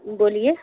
بولیے